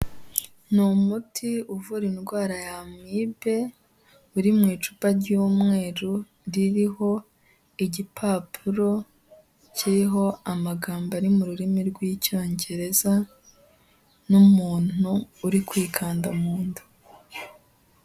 Ni umuti uvura indwara ya amibe, uri mu icupa ry'umweru ririho igipapuro kiriho amagambo ari mu rurimi rw'icyongereza, n'umuntu uri kwikanda mu nda.